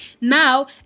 now